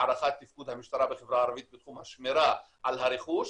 הערכת תפקוד המשטרה בחברה הערבית בתחום השמירה על הרכוש,